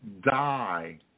die